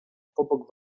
pobok